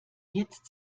jetzt